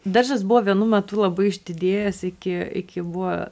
daržas buvo vienu metu labai išdidėjęs iki iki buvo